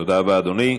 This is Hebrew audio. תודה רבה, אדוני.